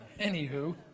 Anywho